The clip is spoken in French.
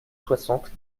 soixante